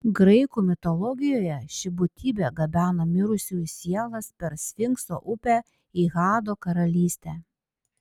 graikų mitologijoje ši būtybė gabena mirusiųjų sielas per sfinkso upę į hado karalystę